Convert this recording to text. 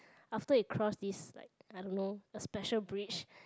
after you cross this like I don't know a special bridge